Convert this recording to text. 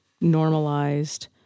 normalized